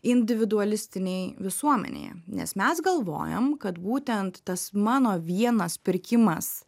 individualistinėj visuomenėje nes mes galvojam kad būtent tas mano vienas pirkimas